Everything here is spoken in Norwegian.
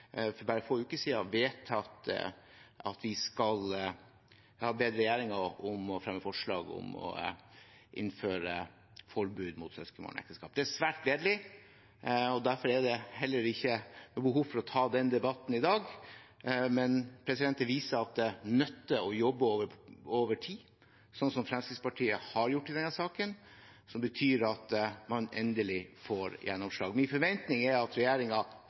for bare få uker siden vedtatt at vi skal be regjeringen om å fremme forslag om å innføre forbud mot søskenbarnekteskap. Det er svært gledelig, og derfor er det heller ikke noe behov for å ta den debatten i dag. Men det viser at det nytter å jobbe over tid, sånn som Fremskrittspartiet har gjort i denne saken. Det betyr at man endelig får gjennomslag. Min forventning er at